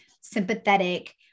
sympathetic